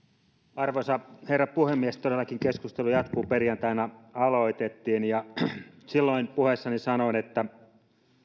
arvoisa herra puhemies todellakin keskustelu jatkuu perjantaina aloitettiin ja silloin puheessani sanoin että